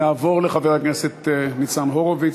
נעבור לחבר הכנסת ניצן הורוביץ.